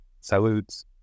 Salutes